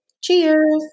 Cheers